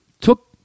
took